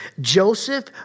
Joseph